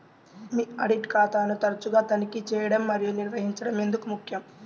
మీ audit ఖాతాను తరచుగా తనిఖీ చేయడం మరియు నిర్వహించడం ఎందుకు ముఖ్యం?